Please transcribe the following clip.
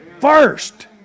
First